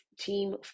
team